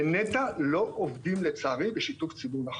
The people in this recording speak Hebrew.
בנת"ע לא עובדים, לצערי, בשיתוף ציבור נכון.